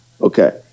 Okay